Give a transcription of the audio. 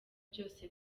byose